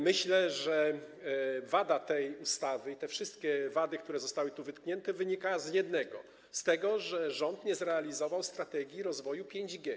Myślę, że wada tej ustawy i te wszystkie wady, które zostały tu wytknięte, wynikają z jednego - z tego, że rząd nie zrealizował strategii rozwoju 5G.